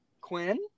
Quinn